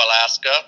Alaska